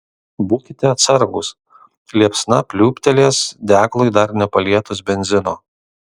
būkite atsargūs liepsna pliūptelės deglui dar nepalietus benzino